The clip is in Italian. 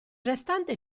restante